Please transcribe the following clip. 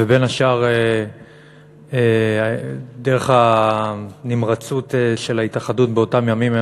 ובין השאר דרך הנמרצות של ההתאחדות באותם ימים,